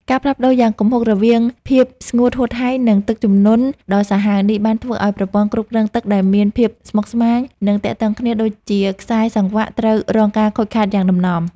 ការផ្លាស់ប្តូរយ៉ាងគំហុករវាងភាពស្ងួតហួតហែង និងទឹកជំនន់ដ៏សាហាវនេះ បានធ្វើឱ្យប្រព័ន្ធគ្រប់គ្រងទឹកដែលមានភាពស្មុគស្មាញ និងទាក់ទងគ្នាដូចជាខ្សែសង្វាក់ ត្រូវរងការខូចខាតយ៉ាងដំណំ។